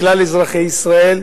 לכלל אזרחי ישראל,